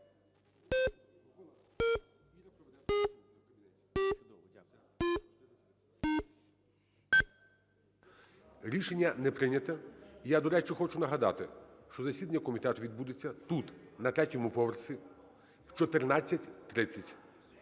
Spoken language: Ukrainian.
Рішення не прийнято. Я, до речі, хочу нагадати, що засідання комітету відбудеться тут, на третьому поверсі, о 14:30,